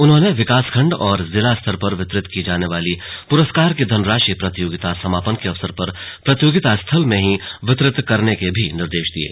उन्होंने विकासखण्ड और जिला स्तर पर वितरित की जाने वाली पुरस्कार की धनराशि प्रतियोगिता समापन के अवसर पर प्रतियोगिता स्थल में ही वितरित करने के भी निर्देश दिये